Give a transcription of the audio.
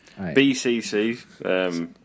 BCC